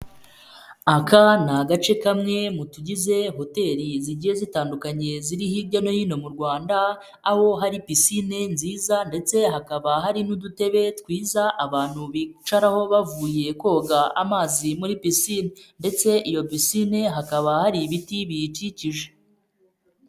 Aka ni agace kamwe mu tugize hoteri zigiye zitandukanye ziri hirya no hino mu Rwanda, aho hari pisine nziza ndetse hakaba hari n'udutebe twiza abantu bicaraho bavuye koga amazi muri pisine ndetse iyo pisine hakaba hari ibiti biyikikije.